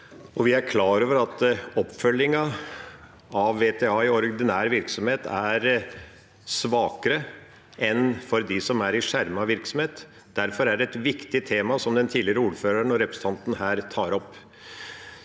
Vi er klar over at oppfølgingen av VTA i ordinær virksomhet er svakere enn for dem som er i skjermet virksomhet. Derfor er det et viktig tema den tidligere ordføreren og representanten tar opp.